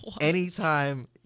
anytime